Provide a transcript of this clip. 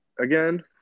again